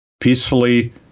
peacefully